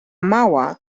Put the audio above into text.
mała